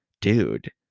dude